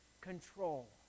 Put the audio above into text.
control